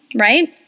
right